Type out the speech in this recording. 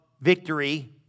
victory